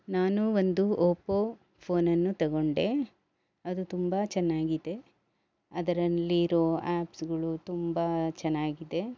ನಾನು ಒಂದು ಒಪ್ಪೋ ಫೋನನ್ನು ತಗೊಂಡೆ ಅದು ತುಂಬ ಚೆನ್ನಾಗಿದೆ ಅದರಲ್ಲಿರೋ ಆ್ಯಪ್ಸ್ಗಳು ತುಂಬ ಚೆನ್ನಾಗಿದೆ